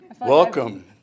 Welcome